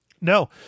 No